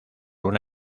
una